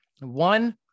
one